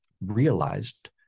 realized